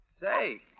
Say